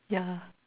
yeah